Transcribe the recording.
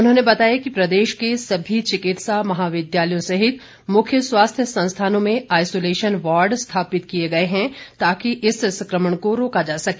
उन्होंने बताया कि प्रदेश के सभी चिकित्सा महाविद्यालयों सहित मुख्य स्वास्थ्य संस्थानों में आसोलेशन वार्ड स्थापित किए गए हैं ताकि इस संक्रमण को रोका जा सके